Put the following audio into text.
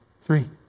three